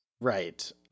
Right